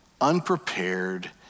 unprepared